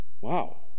Wow